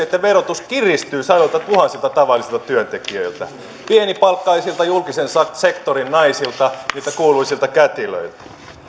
että verotus kiristyy sadoiltatuhansilta tavallisilta työntekijöiltä pienipalkkaisilta julkisen sektorin naisilta niiltä kuuluisilta kätilöiltä